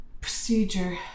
procedure